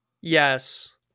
Yes